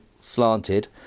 slanted